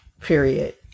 period